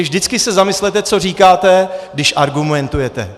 Vždycky se zamyslete, co říkáte, když argumentujete.